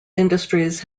industries